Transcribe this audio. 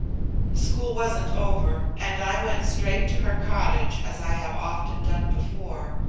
school wasn't over, and i went straight to her cottage, as i have often done before.